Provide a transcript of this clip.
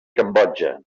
cambodja